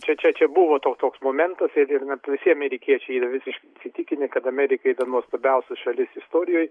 čia čia čia buvo to toks momentas ir ir net visi amerikiečiai yra visiškai įsitikinę kad amerika yra nuostabiausia šalis istorijoje